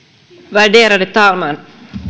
värderade talman